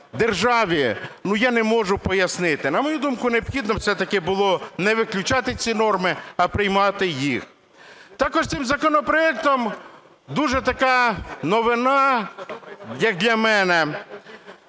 державі, я не можу пояснити. На мою думку, необхідно все-таки було не виключати ці норми, а приймати їх. Також цим законопроектом дуже така новина, як для мене.